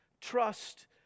trust